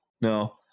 no